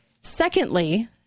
Secondly